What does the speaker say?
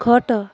ଖଟ